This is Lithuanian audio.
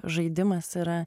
žaidimas yra